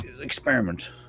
experiment